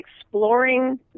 exploring